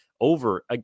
over